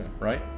right